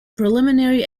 preliminary